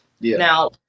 now